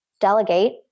delegate